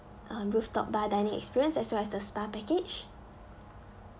um rooftop bar dining experience as well as the spa package